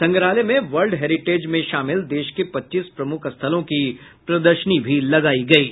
संग्रहालय में world heritage में शामिल देश के पच्चीस प्रमुख स्थलों की प्रदर्शनी भी लगायी गयी